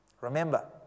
Remember